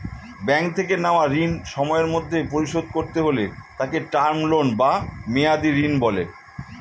bank থেকে নেওয়া ঋণ সময়ের মধ্যে পরিশোধ করতে হলে তাকে টার্ম লোন বা মেয়াদী ঋণ বলে